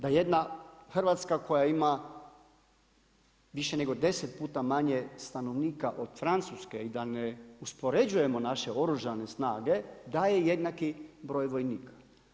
Da jedna Hrvatska koja ima više nego 10 puta manje stanovnika od Francuske i da ne uspoređujemo naše oružane snage, daje jednaki broj vojnika.